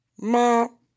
Mom